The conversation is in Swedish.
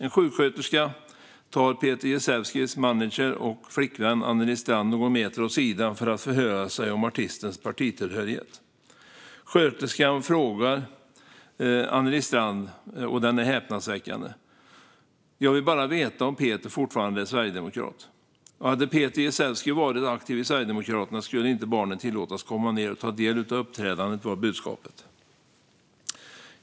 En sjuksköterska tog Peter Jezewskis manager och flickvän Anneli Strand någon meter åt sidan för att förhöra sig om artistens partitillhörighet. Sköterskans fråga till Anneli Strand var häpnadsväckande - hon ville veta om Peter fortfarande var sverigedemokrat. Budskapet var att om Peter Jezewski hade varit aktiv i Sverigedemokraterna skulle inte barnen tillåtas att komma ned och ta del av uppträdandet.